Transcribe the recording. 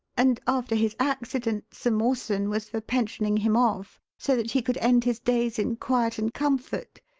and, after his accident, sir mawson was for pensioning him off so that he could end his days in quiet and comfort.